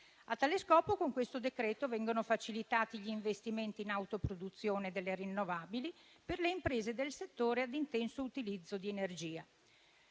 A tale scopo, con questo decreto vengono facilitati gli investimenti in autoproduzione delle rinnovabili per le imprese del settore a intenso utilizzo di energia.